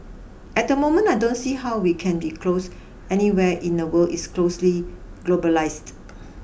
at the moment I don't see how we can be closed anywhere in the world is closely globalised